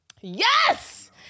Yes